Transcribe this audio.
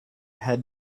has